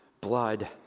Blood